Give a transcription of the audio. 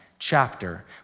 chapter